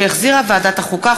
שהחזירה ועדת החוקה,